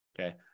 Okay